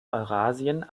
eurasien